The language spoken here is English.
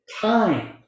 time